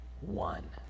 one